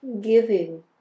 giving